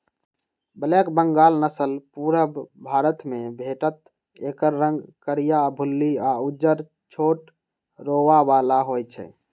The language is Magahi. ब्लैक बंगाल नसल पुरुब भारतमे भेटत एकर रंग करीया, भुल्ली आ उज्जर छोट रोआ बला होइ छइ